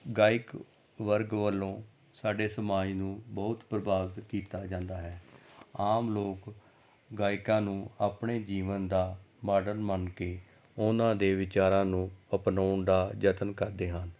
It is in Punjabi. ਗਾਇਕ ਵਰਗ ਵੱਲੋਂ ਸਾਡੇ ਸਮਾਜ ਨੂੰ ਬਹੁਤ ਪ੍ਰਭਾਵਿਤ ਕੀਤਾ ਜਾਂਦਾ ਹੈ ਆਮ ਲੋਕ ਗਾਇਕਾਂ ਨੂੰ ਆਪਣੇ ਜੀਵਨ ਦਾ ਮਾਡਲ ਮੰਨ ਕੇ ਉਹਨਾਂ ਦੇ ਵਿਚਾਰਾਂ ਨੂੰ ਅਪਣਾਉਣ ਦਾ ਯਤਨ ਕਰਦੇ ਹਨ